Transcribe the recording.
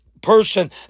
person